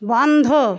বন্ধ